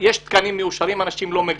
יש תקנים מאושרים, אנשים לא מגיעים.